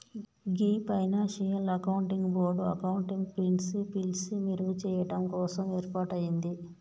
గీ financial accounting board accounting principles మెరుగు చెయ్యడం కోసం ఏర్పాటయింది